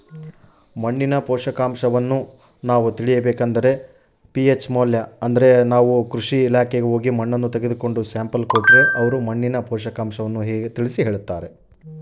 ಮಣ್ಣಿನ ಪೋಷಕಾಂಶವನ್ನು ನಾನು ಹೇಗೆ ತಿಳಿದುಕೊಳ್ಳಬಹುದು?